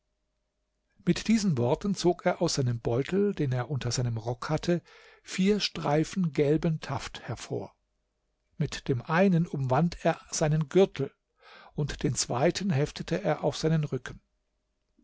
mit diesen worten zog er aus seinem beutel den er unter seinem rock hatte vier streifen gelben taft hervor mit dem einen umwand er seinen gürtel und den zweiten heftete er auf seinen rücken